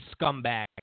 scumbag